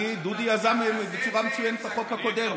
דודי יזם בצורה מצוינת את החוק הקודם.